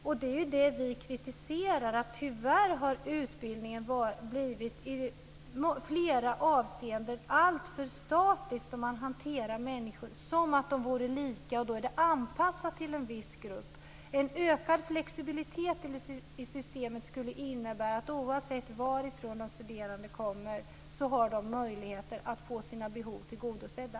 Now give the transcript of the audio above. Men det är ju vad vi kritiserar. Tyvärr har utbildningen i flera avseenden blivit alltför statisk. Man hanterar människor som vore de lika, och då är det anpassat till en viss grupp. En ökad flexibilitet i systemet skulle innebära att de studerande, oavsett varifrån de kommer, har möjligheter att få sina behov tillgodosedda.